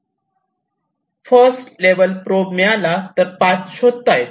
first level probe मिळाला तर path शोधता येतो